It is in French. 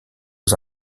aux